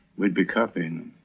we'd be copying